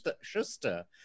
Schuster